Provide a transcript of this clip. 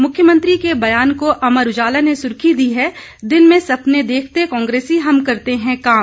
मुख्यमंत्री के बयान को अमर उजाला ने सुर्खी दी है दिन में सपने देखते कांग्रेसी हम करते हैं काम